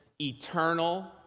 eternal